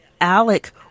ALEC